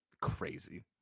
crazy